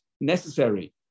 necessary